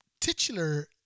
titular